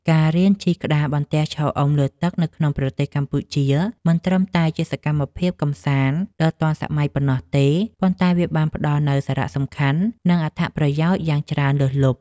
ការរៀនជិះក្តារបន្ទះឈរអុំលើទឹក នៅក្នុងប្រទេសកម្ពុជា មិនត្រឹមតែជាសកម្មភាពកម្សាន្តដ៏ទាន់សម័យប៉ុណ្ណោះទេ ប៉ុន្តែវាបានផ្ដល់នូវសារៈសំខាន់ និងអត្ថប្រយោជន៍យ៉ាងច្រើនលើសលប់។